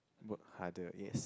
work harder yes